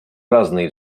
разные